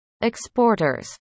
exporters